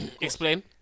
explain